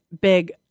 big